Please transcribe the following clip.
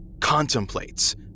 contemplates